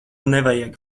nevajag